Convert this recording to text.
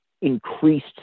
Increased